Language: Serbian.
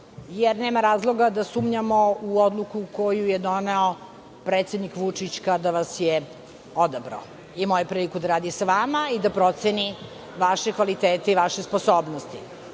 jer nema razloga da sumnjamo u odluku koju je doneo predsednik Vučić, kada vas je odabrao. Imao je priliku da radi sa vama i da proceni vaše kvalitete i vaše sposobnosti. Ono